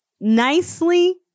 nicely